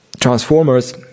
transformers